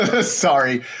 Sorry